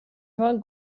van